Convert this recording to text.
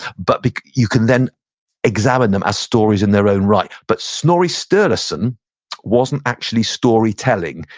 but but you can then examine them as stories in their own right. but snorri sturluson wasn't actually storytelling.